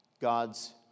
God's